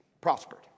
prospered